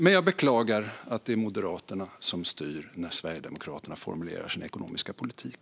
Men jag beklagar att det är Moderaterna som styr när Sverigedemokraterna formulerar sin ekonomiska politik.